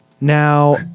Now